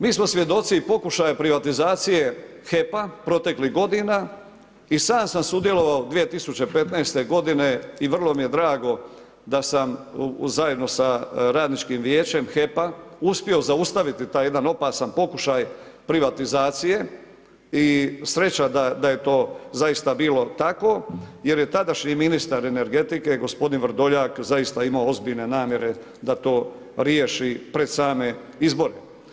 Mi smo svjedoci pokušaja privatizacije HEP-a proteklih godina, i sam sam sudjelovao 2015. godine i vrlo mi je drago da sam zajedno sa radničkim vijećem HEP-a uspio zaustaviti taj jedan opasan pokušaj privatizacije i sreća da je to zaista bilo tako jer je tadašnji ministar energetike, gospodin Vrdoljak, zaista imao ozbiljne namjere da to riješi pred sam izbor.